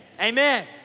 Amen